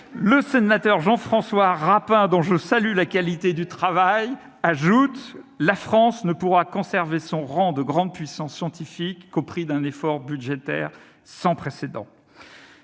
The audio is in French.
rapporteur, Jean-François Rapin, dont je salue la qualité du travail, ajoute que « la France ne pourra conserver son rang de grande puissance scientifique qu'au prix d'un effort budgétaire sans précédent ».